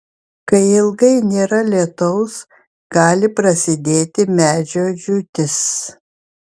kai ilgai nėra lietaus gali prasidėti medžio džiūtis